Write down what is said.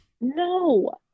no